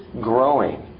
growing